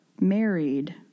married